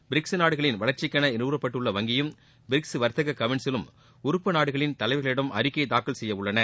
BRICS நாடுகளின் வளர்ச்சிக்கென நிறுவப்பட்டுள்ள வங்கியும் பிரிக்ஸ் வர்த்தக கவுன்சிலும் உறுப்புநாடுகளின் தலைவர்களிடம் அறிக்கை தாக்கல் செய்யவுள்ளன